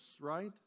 right